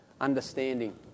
understanding